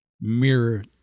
mirror